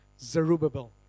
Zerubbabel